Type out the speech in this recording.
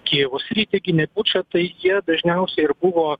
kijevo sritį gynė bučą tai jie dažniausiai ir buvo